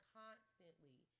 constantly